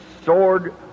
sword